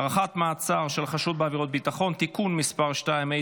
(הארכת מעצר לחשוד בעבירת ביטחון) (תיקון מס' 2),